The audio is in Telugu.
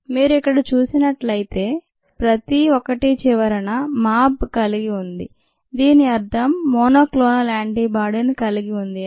మీరు ఇక్కడ చూసినట్లయితే ప్రతి ఒక్కటి చివరన MAbని కలిగి ఉంటుంది దీని అర్థం మోనోక్లోనల్ యాంటీబాడీని కలిగి ఉంది అని